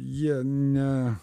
jie ne